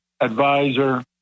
advisor